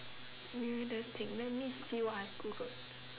weirdest thing let me see what I googled